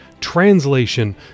translation